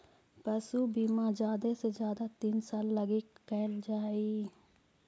पशु बीमा जादे से जादे तीन साल लागी कयल जा हई